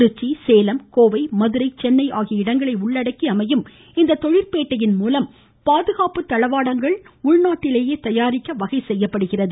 திருச்சி சேலம் கோவை மதுரை சென்னை ஆகிய இடங்களை உள்ளடக்கி அமையும் இந்த தொழில்பேட்டையின் மூலம் பாதுகாப்பு தளவாடங்கள் உள்நாட்டிலேயே தயாரிக்க வகை செய்யப்படுகிறது